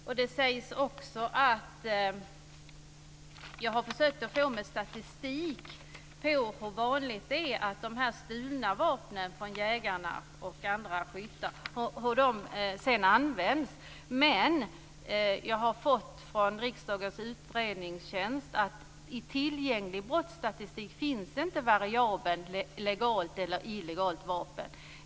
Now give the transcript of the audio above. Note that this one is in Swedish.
Jag har försökt få statistik på hur vanligt det är att de här stulna vapnen från jägare och andra skyttar sedan används. Från Riksdagens utredningstjänst har jag dock fått fram att variabeln legalt eller illegalt vapen inte finns i tillgänglig brottsstatistik.